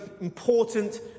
important